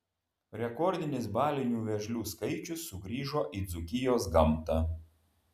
rekordinis balinių vėžlių skaičius sugrįžo į dzūkijos gamtą